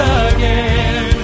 again